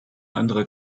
anderer